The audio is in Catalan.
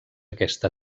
aquesta